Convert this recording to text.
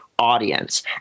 audience